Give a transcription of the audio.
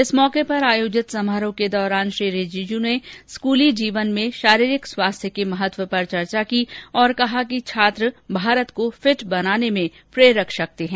इस अवसर पर आयोजित समारोह के दौरान श्री रिजिजू ने स्कूली जीवन में शारीरिक स्वास्थ्य के महत्व पर चर्चा की और कहा कि छात्र भारत को फिट बनाने में प्रेरक शक्ति है